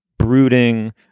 brooding